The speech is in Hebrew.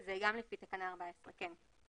זה גם לפי תקנה 14. כן.